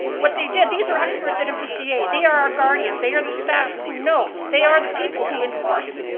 what they did, these are experts at npca. they are are guardians, they are the staff who know. they are the people who enforce.